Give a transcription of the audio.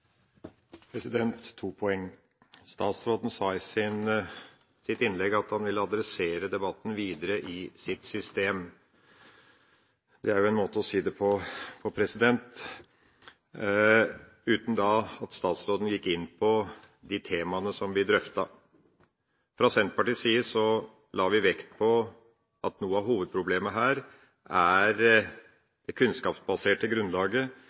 To poenger – punkt 1: Statsråden sa i sitt innlegg at han ville adressere debatten videre i sitt system – det er vel en måte å si det på – uten at han gikk inn på de temaene som vi drøftet. Fra Senterpartiets side la vi vekt på at noe av hovedproblemet her er det kunnskapsbaserte grunnlaget